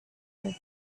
her